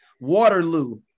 waterloo